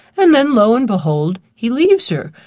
and then lo and behold, he leaves her.